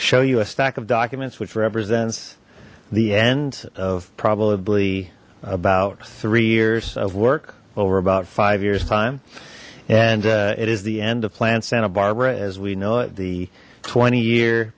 show you a stack of documents which represents the end of probably about three years of work over about five years time and it is the end of planned santa barbara as we know it the twenty year